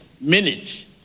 minute